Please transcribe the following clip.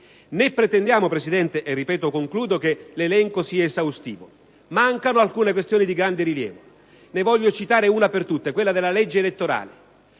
Né pretendiamo, Presidente, che l'elenco sia esaustivo: mancano alcune questioni di grande rilievo. Ne voglio citare una per tutte: quella della legge elettorale.